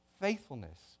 faithfulness